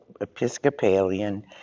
Episcopalian